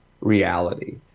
reality